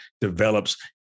develops